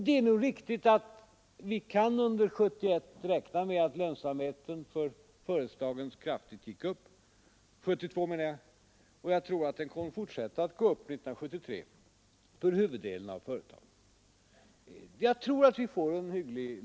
Det är nog riktigt att vi kan räkna med att lönsamheten för företagen kraftigt går upp under 1972, och jag tror den kommer att fortsätta att stiga under 1973 för huvuddelen av företagen. Jag tror att lönsamheten blir hygglig.